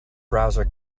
browser